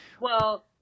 Well-